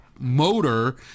motor